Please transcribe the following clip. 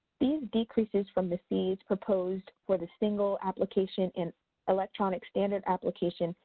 these decreases from the fees proposed for the single application in electronic standard application,